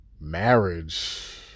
Marriage